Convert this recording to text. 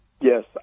yes